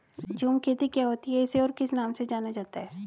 झूम खेती क्या होती है इसे और किस नाम से जाना जाता है?